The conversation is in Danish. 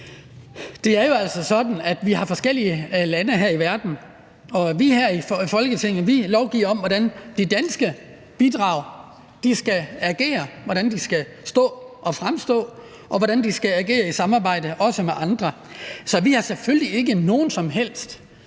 vi har forskellige lande her i verden, og vi her i Folketinget lovgiver om, hvordan de danske bidrag skal agere, og hvordan de skal fremstå – det gælder også, hvordan de skal agere i samarbejde med andre. Så vi har selvfølgelig ingen som helst